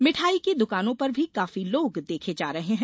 मिठाई की दुकानों पर भी काफी लोग देखे जा रहे हैं